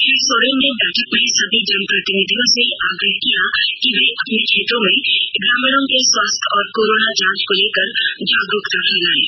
श्री सोरेन ने बैठक में सभी जनप्रतिनिधियों से आग्रह किया कि वे अपने क्षेत्रों में ग्रामीणों के स्वास्थ्य और कोरोना जांच को लेकर जागरूकता फैलाएं